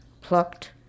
plucked